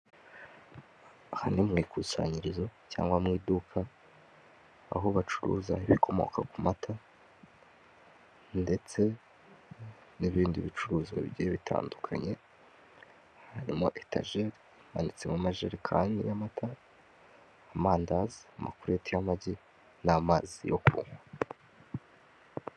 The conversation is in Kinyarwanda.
Aha ni mu ikusanyirizo cyangwa mu iduka aho bacuruza ibikomoka ku mata ndetse n'ibindi bicuruzwa bigiye bitandkanye, harimo etajeri, hamanitsemo amajerekani y'amata, amandazi, amakureti y'amagi n'amazi yo kunywa.